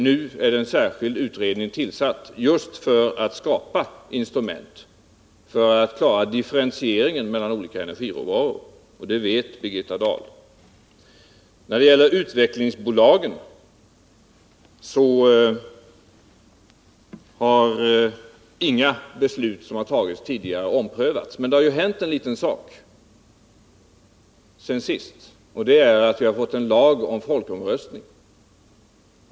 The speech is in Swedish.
Nu har en särskild utredning tillsatts för att skapa instrument som kan klara differentieringen mellan olika energiråvaror, och det vet också Birgitta Dahl. När det gäller utvecklingsbolagen har inga tidigare beslut omprövats. Men det har ju hänt en ”liten sak” sedan sist — vi har fått en lag om folkomröstning.